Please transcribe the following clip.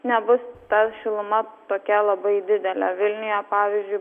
nebus ta šiluma tokia labai didelė vilniuje pavyzdžiui